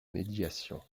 médiation